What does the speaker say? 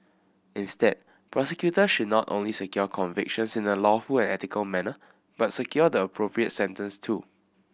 instead prosecutors should not only secure convictions in a lawful and ethical manner but secure the appropriate sentence too